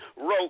wrote